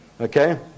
Okay